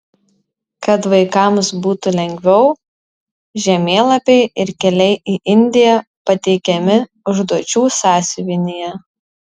kad vaikams būtų lengviau žemėlapiai ir keliai į indiją pateikiami užduočių sąsiuvinyje